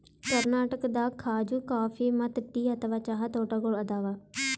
ಕರ್ನಾಟಕದಾಗ್ ಖಾಜೂ ಕಾಫಿ ಮತ್ತ್ ಟೀ ಅಥವಾ ಚಹಾ ತೋಟಗೋಳ್ ಅದಾವ